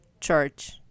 church